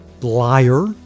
liar